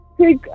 take